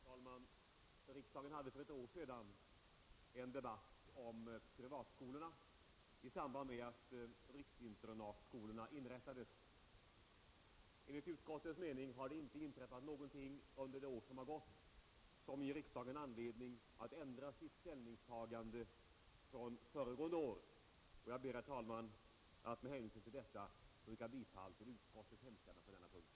Herr talman! Riksdagen hade för ett år sedan en debatt om privatskolorna i samband med att riksinternatskolorna inrättades. Enligt utskottets mening har det inte inträffat någonting under det år som gått som ger riksdagen anledning att ändra sitt ställningstagande från föregående år. Jag ber, herr talman, att med hänvisning till detta få yrka bifall till utskottets hemställan på denna punkt.